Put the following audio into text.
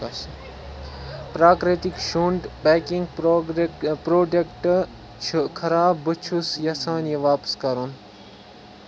پرٛاکرٛتِک شونٛٹھ پیکنگ پرورگ پروڈکٹ چھُ خراب، بہٕ چھس یژھان یہِ واپس کرُن